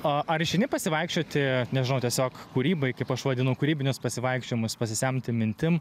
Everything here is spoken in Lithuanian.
o ar išeini pasivaikščioti nežinau tiesiog kūrybai kaip aš vadinu kūrybinius pasivaikščiojimus pasisemti mintim